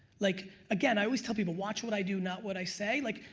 like again, i always tell people watch what i do, not what i say, like,